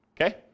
Okay